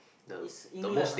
it's England lah